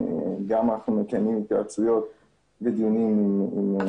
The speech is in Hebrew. אנחנו מקיימים התייעצויות בדיונים עם גורמים --- אבל